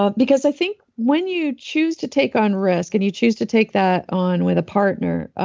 ah because i think when you choose to take on risk and you choose to take that on with a partner, ah